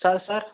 sir sir